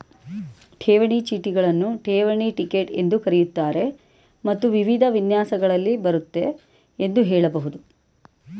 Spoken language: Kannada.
ಠೇವಣಿ ಚೀಟಿಗಳನ್ನ ಠೇವಣಿ ಟಿಕೆಟ್ ಎಂದೂ ಕರೆಯುತ್ತಾರೆ ಮತ್ತು ವಿವಿಧ ವಿನ್ಯಾಸಗಳಲ್ಲಿ ಬರುತ್ತೆ ಎಂದು ಹೇಳಬಹುದು